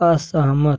असहमत